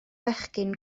fechgyn